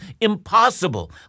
impossible